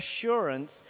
assurance